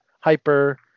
hyper